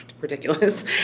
ridiculous